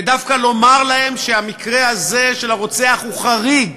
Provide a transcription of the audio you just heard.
ודווקא לומר להם שהמקרה הזה, של הרוצח, הוא החריג,